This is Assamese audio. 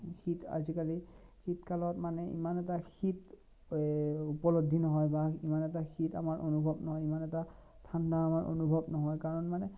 শীত আজিকালি শীতকালত মানে ইমান এটা শীত এই উপলব্ধি নহয় বা ইমান এটা শীত আমাৰ অনুভৱ নহয় ইমান এটা ঠাণ্ডা আমাৰ অনুভৱ নহয় কাৰণ মানে